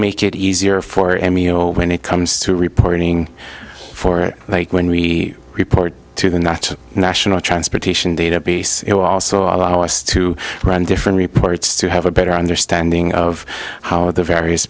make it easier for any you know when it comes to reporting for like when we report to them that national transportation database will also allow us to run different reports to have a better understanding of how the various